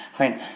fine